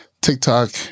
TikTok